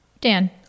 dan